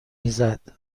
میزد